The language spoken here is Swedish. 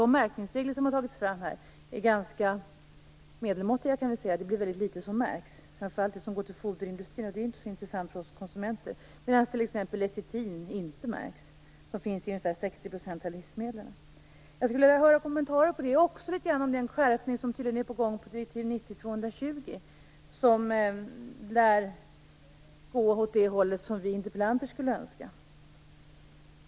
De märkningsregler som har tagits fram är ju ganska medelmåttiga. Det blir väldigt litet som märks. Det handlar framför allt om det som går till foderindustrin, och det är ju inte så intressant för oss konsumenter. Däremot märks t.ex. inte lecitin, som finns i ungefär 60 % av livsmedlen. Jag skulle också vilja ha en kommentar vad gäller den skärpning som tydligen är på gång i fråga om direktiv 90/220, en skärpning som lär gå åt det hållet som vi interpellanter skulle önska.